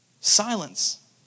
Silence